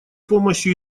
помощью